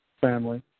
family